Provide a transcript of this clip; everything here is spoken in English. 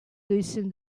loosened